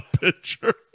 picture